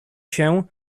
się